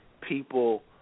people